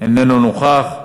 איננו נוכח,